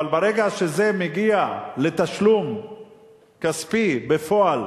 אבל ברגע שזה מגיע לתשלום כספי בפועל